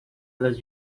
las